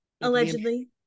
Allegedly